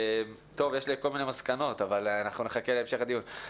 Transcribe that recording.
יש לי כל מיני מסקנות אבל אנחנו נחכה להמשך הדיון.